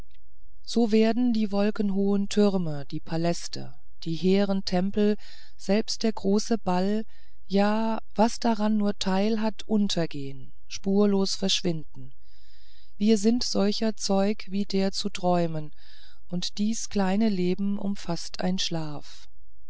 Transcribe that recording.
so werden die wolkenhohen türme die paläste die hehren tempel selbst der große ball ja was daran nur teil hat untergehen spurlos verschwinden wir sind solcher zeug wie der zu träumen und dies kleine leben umfaßt ein schlaf